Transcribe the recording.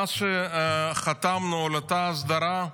מאז שחתמנו על אותה הסדרה,